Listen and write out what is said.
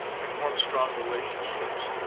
we form strong relationships.